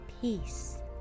peace